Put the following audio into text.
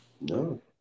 No